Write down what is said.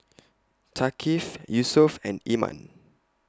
Thaqif Yusuf and Iman